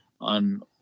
on